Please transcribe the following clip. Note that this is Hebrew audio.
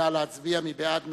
נא להצביע, מי בעד?